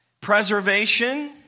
Preservation